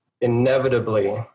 inevitably